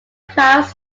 crowds